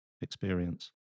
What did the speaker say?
experience